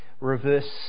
reverse